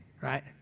right